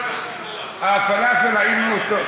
טוב, עיסאווי, מזל טוב.